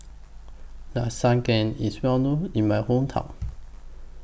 Lasagne IS Well known in My Hometown